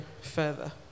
further